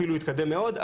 אפילו התקדם מאוד,